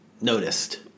noticed